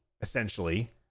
essentially